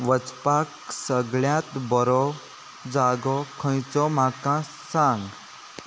वचपाक सगळ्यांत बरो जागो खंयचो म्हाका सांग